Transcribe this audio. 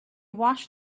washed